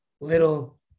little